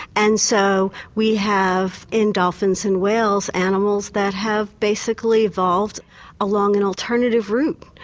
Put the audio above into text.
and so we have in dolphins and whales animals that have basically evolved along an alternative route.